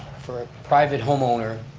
for a private home owner,